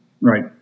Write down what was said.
Right